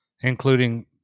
including